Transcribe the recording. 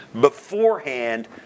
beforehand